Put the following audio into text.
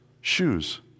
shoes